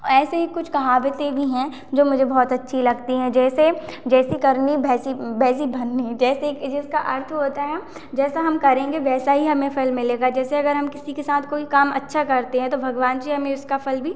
ऐसे ही कुछ कहावते भी हैं जो मुझे बहुत अच्छी लगती हैं जैसे जैसी करनी वैसी वैसी भरनी जैसे कि जिसका अर्थ होता जैसा हम करेंगे वैसा ही हमें फल मिलेगा जैसे अगर हम किसी के साथ कोई काम अच्छा करते हैं तो भगवान जी हमें उसका फल भी